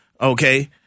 okay